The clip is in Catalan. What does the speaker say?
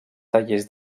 tallers